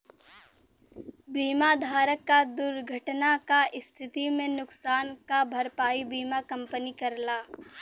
बीमा धारक क दुर्घटना क स्थिति में नुकसान क भरपाई बीमा कंपनी करला